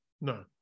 No